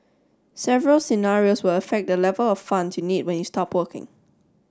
several scenarios will affect the level of funds you need when you stop working